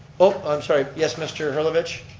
oh, i'm sorry, yes, mr. helovich.